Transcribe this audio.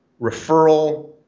referral